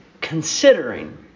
considering